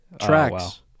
tracks